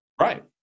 Right